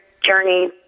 journey